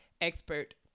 expert